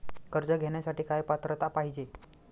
कर्ज घेण्यासाठी काय पात्रता पाहिजे?